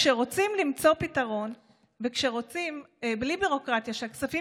כשרוצים למצוא פתרון וכשרוצים שהכספים